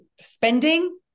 spending